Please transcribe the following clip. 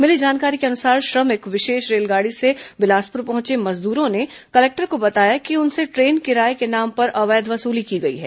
मिली जानकारी के अनुसार श्रमिक विशेष रेलगाड़ी से बिलासपुर पहंचे मजदूरों ने कलेक्टर को बताया कि उनसे ट्रेन किराये के नाम पर अवैध वसूली की गई है